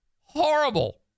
Horrible